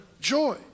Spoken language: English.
joy